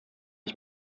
ich